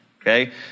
okay